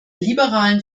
liberalen